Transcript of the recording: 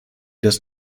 does